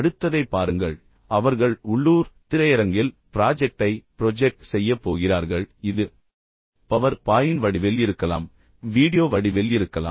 அடுத்ததைப் பாருங்கள் அவர்கள் உள்ளூர் திரையரங்கில் ப்ராஜெக்டை ப்ரொஜெக்ட் செய்யப் போகிறார்கள் இது பவர் பாயிண்ட் வடிவில் இருக்கலாம் வீடியோ வடிவில் இருக்கலாம்